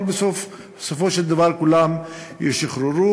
אבל בסופו של דבר כולם ישוחררו,